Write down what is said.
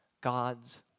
God's